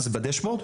אם זה כלי אפקטיבי,